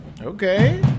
Okay